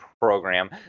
program